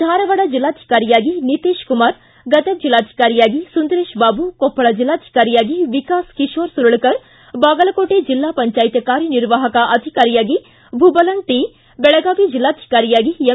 ಧಾರವಾಡ ಜಿಲ್ಲಾಧಿಕಾರಿಯಾಗಿ ನಿತೇಶ್ ಕುಮಾರ್ ಗದಗ ಜಿಲ್ಲಾಧಿಕಾರಿಯಾಗಿ ಸುಂದರೇಶ ಬಾಬು ಕೊಪ್ಪಳ ಜಿಲ್ಲಾಧಿಕಾರಿಯಾಗಿ ವಿಕಾಸ್ ಕಿಶೋರ ಸುರಳಕರ್ ಬಾಗಲಕೋಟೆ ಜಿಲ್ಲಾ ಪಂಚಾಯತ್ ಕಾರ್ಯನಿರ್ವಾಹಕ ಅಧಿಕಾರಿಯಾಗಿ ಭೂಬಲನ್ ಟಿ ಬೆಳಗಾವಿ ಜಿಲ್ಲಾಧಿಕಾರಿಯಾಗಿ ಎಂ